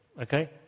Okay